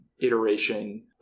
iteration